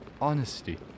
honesty